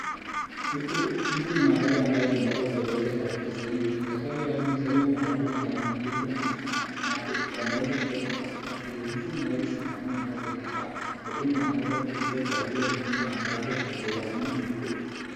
Hizi ni magari ambayo zimeweza kuwekezwa katika sehemu hii. Zakaria yaani magari ambayo ni jibwa na yameweza kuweka katika hili. Hizi magari zina rangi ambazo zinafaa lakini yameweza kuundwa kwa zile mitindo ambazo hazifanani huko.